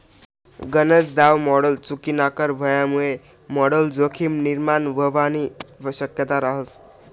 गनज दाव मॉडल चुकीनाकर व्हवामुये मॉडल जोखीम निर्माण व्हवानी शक्यता रहास